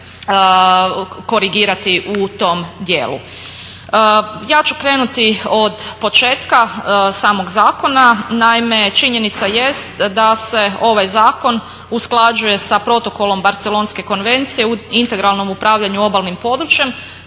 korigirati u tom dijelu. Ja ću krenuti od početka samog zakona. Naime, činjenica jest da se ovaj zakon usklađuje sa protokolom Barcelonske konvencije u integralnom upravljanju obalnim područjem